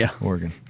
Oregon